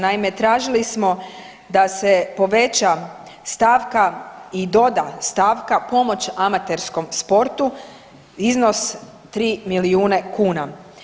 Naime, tražili smo sa se poveća stavka i doda stavka pomoć amaterskom sportu iznos 3 milijuna kuna.